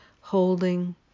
holding